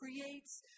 creates